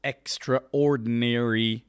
Extraordinary